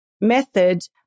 method